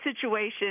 situation